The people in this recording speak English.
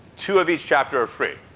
two of each chapter are free.